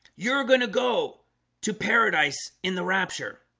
you're going to go to paradise in the rapture